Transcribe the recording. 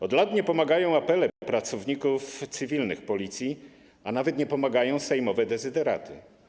Od lat nie pomagają apele pracowników cywilnych Policji, a nawet nie pomagają sejmowe dezyderaty.